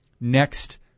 next